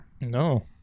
No